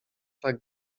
tak